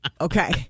Okay